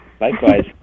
Likewise